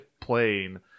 playing